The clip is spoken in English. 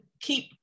keep